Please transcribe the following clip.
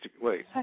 Wait